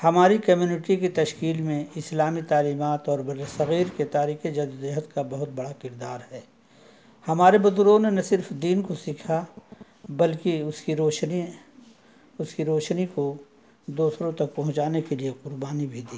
ہماری کمیونٹی کی تشکیل میں اسلامی تعلیمات اور بر صغیر کے تاریخی جدو جہد کا بہت بڑا کردار ہے ہمارے بزرگوں نے نہ صرف دین کو سیکھا بلکہ اس کی روشنی اس کی روشنی کو دوسروں تک پہنچانے کے لیے قربانی بھی دی